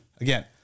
again